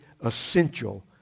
essential